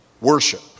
worship